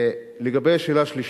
לגבי השאלה השלישית,